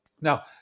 Now